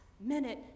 minute